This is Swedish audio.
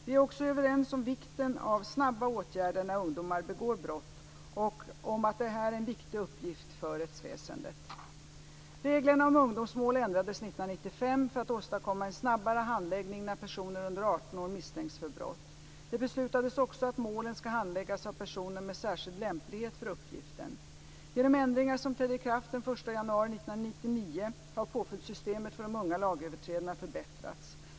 Vi är också överens om vikten av snabba åtgärder när ungdomar begår brott och om att detta är en viktig uppgift för rättsväsendet. Reglerna om ungdomsmål ändrades 1995 för att åstadkomma en snabbare handläggning när personer under 18 år misstänks för brott. Det beslutades också att målen ska handläggas av personer med särskild lämplighet för uppgiften. Genom ändringar som trädde i kraft den 1 januari 1999 har påföljdssystemet för de unga lagöverträdarna förbättrats.